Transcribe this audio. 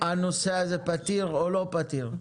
הנושא הזה פתיר או לא פתיר?